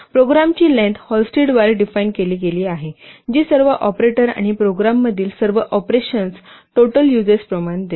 प्रोग्रामची length Halstead द्वारे define केली गेली आहे जी सर्व ऑपरेटर आणि प्रोग्राम मधील सर्व ऑपरेशन्सच्या टोटल युजेस प्रमाण देते